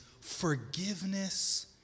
forgiveness